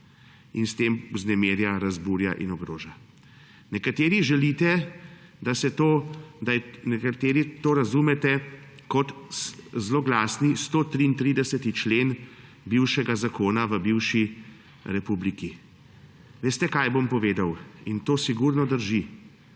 in s tem vznemirja, razburja in ogroža. Nekateri to razumete kot zloglasni 133. člen bivšega zakona v bivši republiki. Veste, kaj bom povedal, in to sigurno drži.